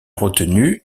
retenue